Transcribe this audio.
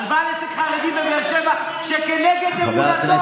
על בעל עסק חרדי בבאר שבע שכנגד אמונתו